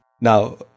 Now